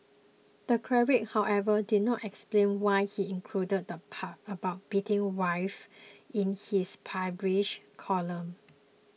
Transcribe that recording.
the cleric however did not explain why he included the part about beating wives in his published column